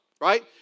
right